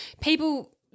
people